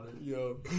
yo